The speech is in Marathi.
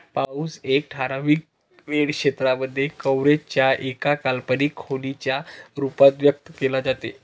पाऊस एका ठराविक वेळ क्षेत्रांमध्ये, कव्हरेज च्या एका काल्पनिक खोलीच्या रूपात व्यक्त केला जातो